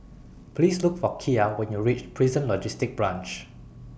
Please Look For Kiya when YOU REACH Prison Logistic Branch